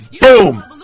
boom